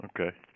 Okay